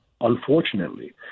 unfortunately